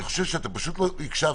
אני חושב שפשוט לא הקשבתם.